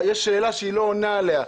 יש שאלה שהיא לא עונה עליה.